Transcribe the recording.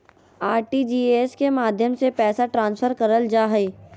RTGS के माध्यम से पैसा ट्रांसफर करल जा हय